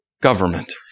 government